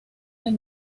del